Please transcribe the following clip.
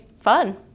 fun